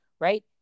right